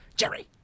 jerry